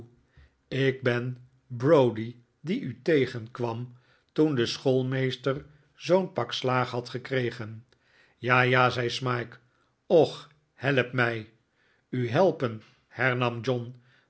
ik ben browdie die u tegenkwam toen de schoolmeester zoo'n pak slaag had gekregen ja ja zei smike och help mij u helpen hernam john